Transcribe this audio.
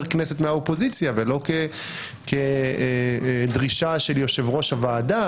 כנסת מהאופוזיציה ולא כדרישה של יושב-ראש הוועדה,